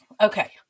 Okay